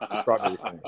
strawberry